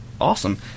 Awesome